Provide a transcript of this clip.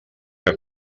que